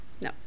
No